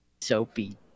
Soapy